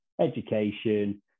education